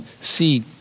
see